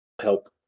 help